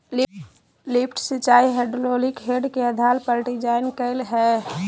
lift सिंचाई hydraulic head के आधार पर डिजाइन कइल हइ